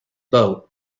boat